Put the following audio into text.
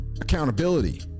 accountability